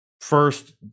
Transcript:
first